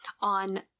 on